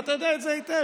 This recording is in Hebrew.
ואתה יודע את זה היטב,